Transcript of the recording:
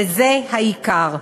וזה העיקר.